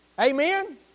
Amen